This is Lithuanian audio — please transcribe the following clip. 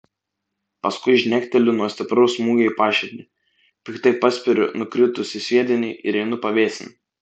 paskui žnekteliu nuo stipraus smūgio į paširdį piktai paspiriu nukritusį sviedinį ir einu pavėsin